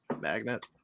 magnet